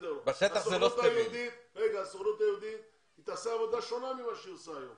הסוכנות היהודית תעשה עבודה שונה ממה שהיא עושה היום.